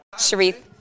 Sharif